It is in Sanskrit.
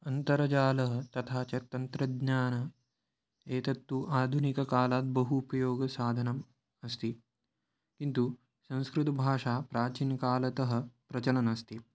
अन्तर्जालः तथा च तन्त्रज्ञानम् एतत्तु आधुनिककालात् बहु उपयोगसाधनम् अस्ति किन्तु संस्कृतभाषा प्राचीनकालतः प्रचलन् अस्ति